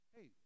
Hey